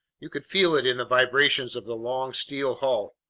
you could feel it in the vibrations of the long steel hull.